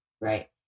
right